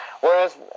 whereas